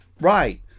Right